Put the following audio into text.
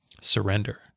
surrender